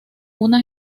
una